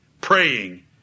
praying